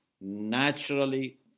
naturally